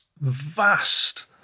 vast